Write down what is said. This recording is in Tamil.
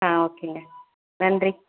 ஆ ஓகேங்க நன்றி